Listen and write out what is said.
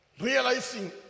realizing